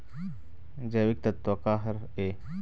जैविकतत्व का हर ए?